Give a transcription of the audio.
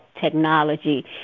technology